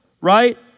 right